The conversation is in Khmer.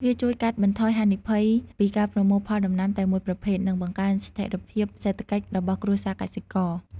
វាជួយកាត់បន្ថយហានិភ័យពីការប្រមូលផលដំណាំតែមួយប្រភេទ និងបង្កើនស្ថិរភាពសេដ្ឋកិច្ចរបស់គ្រួសារកសិករ។